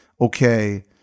okay